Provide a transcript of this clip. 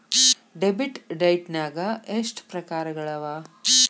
Debit ಡೈಟ್ನ್ಯಾಗ್ ಎಷ್ಟ್ ಪ್ರಕಾರಗಳವ?